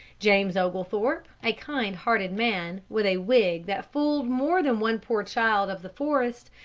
james oglethorpe, a kind-hearted man, with a wig that fooled more than one poor child of the forest,